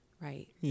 Right